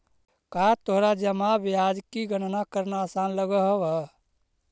का तोरा जमा ब्याज की गणना करना आसान लगअ हवअ